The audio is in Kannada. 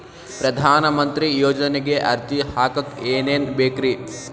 ಪ್ರಧಾನಮಂತ್ರಿ ಯೋಜನೆಗೆ ಅರ್ಜಿ ಹಾಕಕ್ ಏನೇನ್ ಬೇಕ್ರಿ?